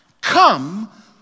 come